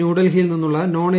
ന്യൂഡൽഹിയിൽ നിന്നുള്ള non A